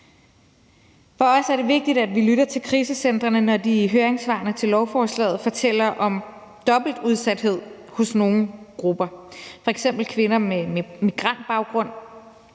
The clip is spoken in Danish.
For os er det vigtigt, at vi lytter til krisecentrene, når de i høringssvarene til lovforslaget fortæller om dobbelt udsathed hos nogle grupper, f.eks. kvinder med migrantbaggrund.